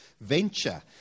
Venture